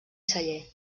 celler